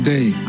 Day